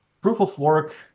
Proof-of-Work